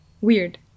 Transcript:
weird